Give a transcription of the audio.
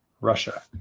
Russia